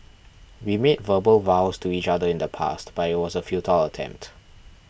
we made verbal vows to each other in the past but it was a futile attempt